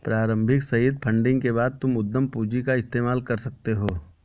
प्रारम्भिक seed funding के बाद तुम उद्यम पूंजी का इस्तेमाल कर सकते हो